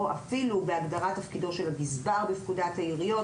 או אפילו בהגדרת תפקידו של הגזבר בפקודת העיריות.